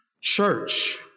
church